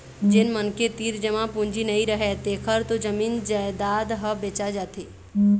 जेन मनखे तीर जमा पूंजी नइ रहय तेखर तो जमीन जयजाद ह बेचा जाथे